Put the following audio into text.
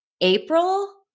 April